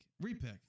re-pick